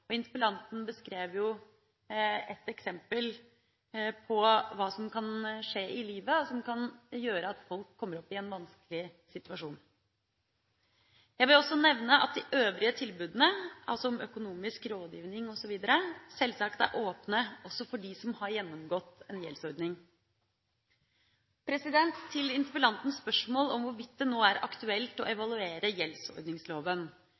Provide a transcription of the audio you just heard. Interpellanten beskrev jo et eksempel på hva som kan skje i livet, som kan gjøre at folk kommer opp i en vanskelig situasjon. Jeg vil også nevne at de øvrige tilbudene, altså om økonomisk rådgivning osv., sjølsagt er åpne også for dem som har gjennomgått en gjeldsordning. Til interpellantens spørsmål om hvorvidt det nå er aktuelt å